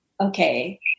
okay